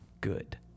good